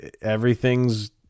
everything's